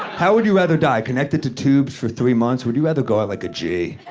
how would you rather die? connected to tubes for three months? would you rather go out like a g?